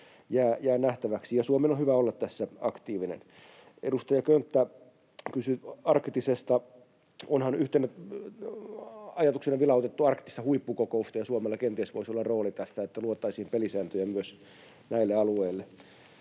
jää nähtäväksi — ja Suomen on hyvä olla tässä aktiivinen. Edustaja Könttä kysyi arktisesta. Onhan yhtenä ajatuksena vilautettu arktista huippukokousta, ja Suomella kenties voisi olla rooli tässä, että luotaisiin pelisääntöjä myös näille alueille.